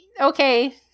okay